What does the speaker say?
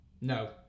No